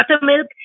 buttermilk